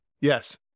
Yes